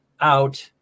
out